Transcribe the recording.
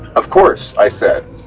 of course, i said.